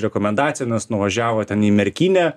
rekomendaciją nes nuvažiavo ten į merkinę